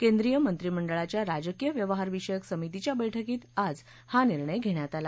केंद्रीय मंत्रिमंडळाच्या राजकीय व्यवहार विषयक समितीच्या बैठकीत आज हा निर्णय घघ्यात आला